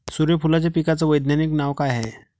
सुर्यफूलाच्या पिकाचं वैज्ञानिक नाव काय हाये?